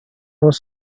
was